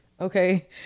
okay